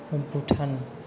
Bhutan